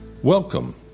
Welcome